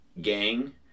gang